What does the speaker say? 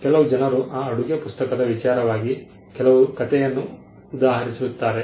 ಕೆಲವು ಜನರು ಈ ಅಡುಗೆ ಪುಸ್ತಕದ ವಿಚಾರವಾಗಿ ಕೆಲವು ಕತೆಯನ್ನು ಉದಾಹರಿಸುತ್ತಾರೆ